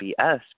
BS